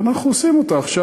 אז אנחנו עושים אותה עכשיו.